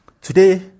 Today